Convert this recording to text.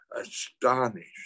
astonished